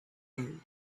and